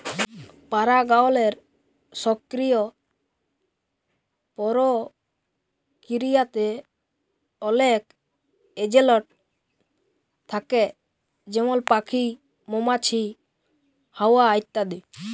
পারাগায়লের সকিরিয় পরকিরিয়াতে অলেক এজেলট থ্যাকে যেমল প্যাখি, মমাছি, হাওয়া ইত্যাদি